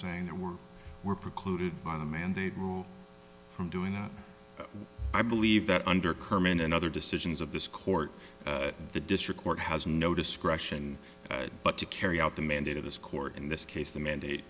saying that we're we're precluded by the mandate from doing i believe that under kerman and other decisions of this court the district court has no discretion but to carry out the mandate of this court in this case the mandate